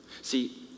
See